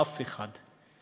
אף אחד,